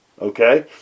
okay